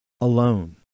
alone